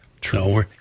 true